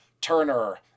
Turner